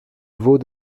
vaut